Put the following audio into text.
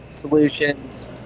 solutions